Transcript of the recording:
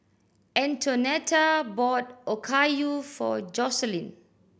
Antonetta bought Okayu for Joseline